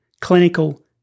clinical